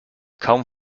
kaum